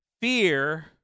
fear